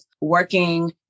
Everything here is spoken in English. working